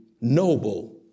noble